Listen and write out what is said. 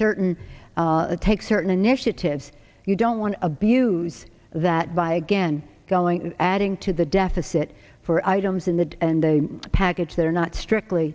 certain take certain initiatives you don't want to abuse that by again going to adding to the deficit for items in the end a package that are not strictly